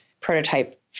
prototype